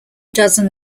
dozen